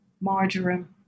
marjoram